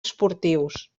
esportius